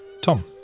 Tom